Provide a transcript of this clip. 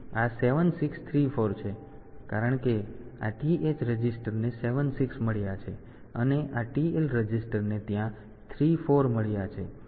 તેથી આ 7634 છે કારણ કે આ TH રજિસ્ટરને 7 6 મળ્યા છે અને આ TL રજિસ્ટરને ત્યાં 3 4 મળ્યા છે